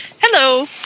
Hello